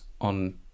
on